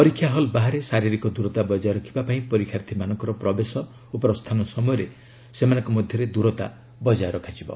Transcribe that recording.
ପରୀକ୍ଷା ହଲ୍ ବାହାରେ ଶାରୀରିକ ଦୂରତା ବଜାୟ ରଖିବା ପାଇଁ ପରୀକ୍ଷାର୍ଥୀମାନଙ୍କର ପ୍ରବେଶ ଓ ପ୍ରସ୍ଥାନ ସମୟରେ ସେମାନଙ୍କ ମଧ୍ୟରେ ଦୂରତା ବଜାୟ ରଖାଯିବ